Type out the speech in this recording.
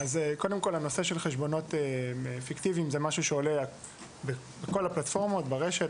עניין החשבונות הפיקטביים הוא משהו שקיים בכל הפלטפורמות שברשת.